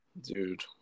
Dude